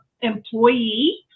employee